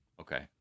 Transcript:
okay